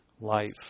life